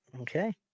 Okay